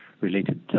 related